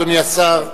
אדוני השר,